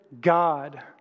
God